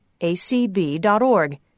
acb.org